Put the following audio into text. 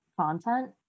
content